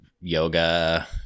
yoga